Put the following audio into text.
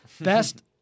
Best